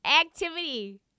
activity